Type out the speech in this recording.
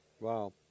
Wow